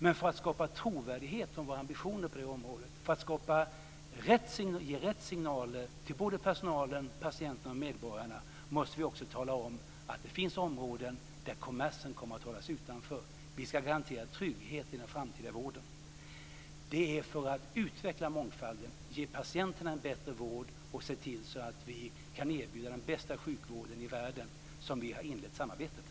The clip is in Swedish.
Men för att skapa trovärdighet när det gäller våra ambitioner på det området och för att ge rätt signaler till såväl personalen som patienterna och medborgarna måste vi också tala om att det finns områden som kommersen kommer att hållas utanför. Vi ska garantera trygghet i den framtida vården. Det är för att utveckla mångfalden, ge patienterna en bättre vård och för att se till att vi kan erbjuda den bästa sjukvården i världen som vi har inlett samarbetet.